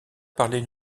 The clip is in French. parlaient